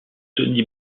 toni